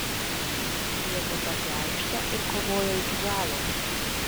jie tiesiog į aikštę ir kovojo iki galo